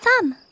thumb